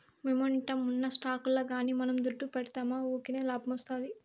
momentum ఉన్న స్టాకుల్ల గానీ మనం దుడ్డు పెడ్తిమా వూకినే లాబ్మొస్తాది